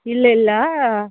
ಇಲ್ಲ ಇಲ್ಲ